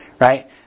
right